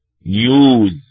news